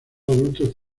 adultos